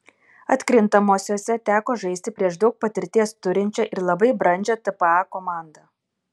atkrintamosiose teko žaisti prieš daug patirties turinčią ir labai brandžią tpa komandą